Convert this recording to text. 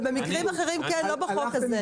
במקרים אחרים כן, לא בחוק הזה.